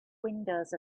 windows